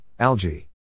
algae